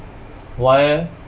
why eh